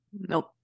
Nope